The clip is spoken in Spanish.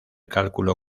cálculo